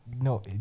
No